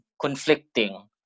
conflicting